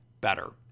better